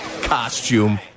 costume